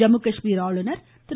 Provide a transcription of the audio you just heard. ஜம்மு காஷ்மீர் ஆளுனர் திரு